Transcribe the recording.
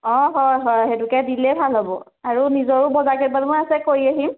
অ' হয় হয় সেইটোকে দিলেই ভাল হ'ব আৰু নিজৰো বজাৰ কেইটামান আছে কৰি আহিম